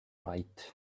right